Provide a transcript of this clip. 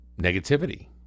negativity